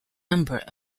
number